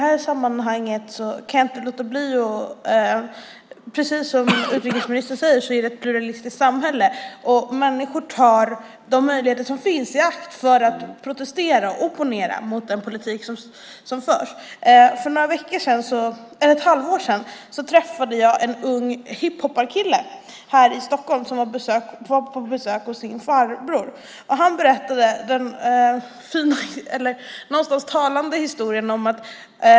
Fru talman! Precis som utrikesministern säger är det ett pluralistiskt samhälle, och människor tar de möjligheter som finns för att protestera och opponera mot den politik som förs. För ett halvår sedan träffade jag en ung hiphopparkille här i Stockholm som var på besök hos sin farbror. Han berättade en talande historia.